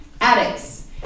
Addicts